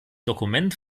dokument